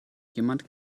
jemand